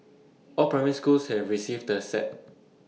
all primary schools have received the set